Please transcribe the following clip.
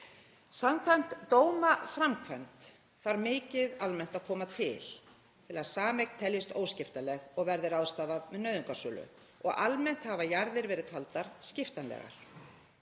Samkvæmt dómaframkvæmd þarf almennt mikið að koma til til að sameign teljist óskiptanleg og verði ráðstafað með nauðungarsölu og almennt hafa jarðir verið taldar skiptanlegar.